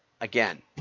again